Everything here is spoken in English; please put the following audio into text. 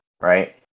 right